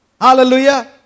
Hallelujah